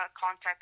Contact